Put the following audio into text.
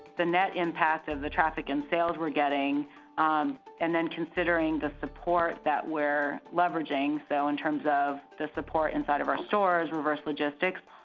the net impact of the traffic and sales we're getting um and then considering the support that we're leveraging. so in terms of the support inside of our stores, reverse logistics,